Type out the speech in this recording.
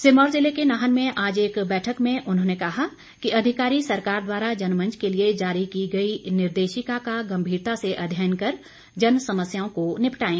सिरमौर जिले के नाहन में आज एक बैठक में उन्होंने कहा कि अधिकारी सरकार द्वारा जनमंच के लिए जारी की गई निर्देशिका का गंभीरता से अध्ययन कर जन समस्याओं को निपटाएं